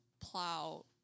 plow